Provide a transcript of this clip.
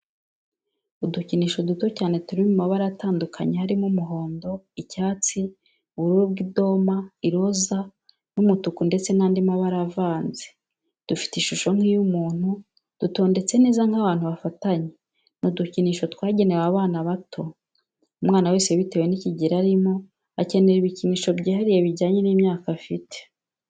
Udukinisho duto cyane turi mu mabara atandukanye harimo umuhondo, icyatsi, ubururu bw'idoma, iroza n'umutuku ndetse n'andi mabara avanze, dufite ishusho nk'iy'umuntu dutondetse neza nk'abantu bafatanye, ni udukinisho twagenewe abana bato. Umwana wese bitewe n'ikigero arimo akenera ibikinsho byihariye bijyanye n'imyaka afite.